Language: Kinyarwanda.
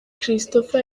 christopher